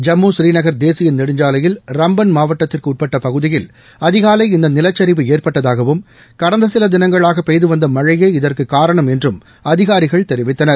ஜம்மு புநீநகர் தேசிய நெடுஞ்சாலையில் ரம்பன் மாவட்டத்திற்கு உட்பட்ட பகுதியில் அதிகாலை இந்த நிலச்சரிவு ஏற்பட்டதாகவும் கடந்த சில தினங்களாக பெய்து வந்த மனழயே இதற்குக் காரணம் என்றும் அதிகாரிகள் தெரிவித்தனர்